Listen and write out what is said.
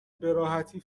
بهراحتی